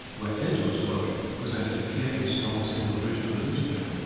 where edwards' work presented a clear and strong single vision of the discipline,